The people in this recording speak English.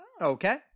Okay